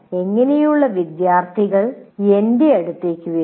എങ്ങനെയുള്ള വിദ്യാർത്ഥികൾ എന്റെ അടുത്തേക്ക് വരുന്നു